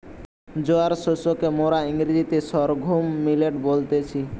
জোয়ার শস্যকে মোরা ইংরেজিতে সর্ঘুম মিলেট বলতেছি